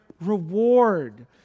reward